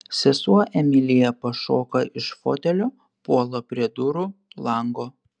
sesuo emilija pašoka iš fotelio puola prie durų lango